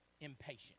impatient